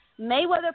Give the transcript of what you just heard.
Mayweather